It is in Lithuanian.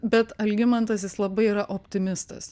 bet algimantas jis labai yra optimistas